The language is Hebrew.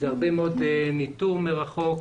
הרבה מאוד ניטור מרחוק.